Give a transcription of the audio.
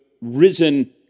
risen